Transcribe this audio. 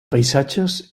paisatges